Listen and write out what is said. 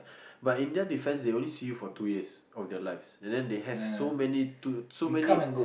but in their defence they only see you for two years of their lives and then they have so many two so many